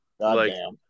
goddamn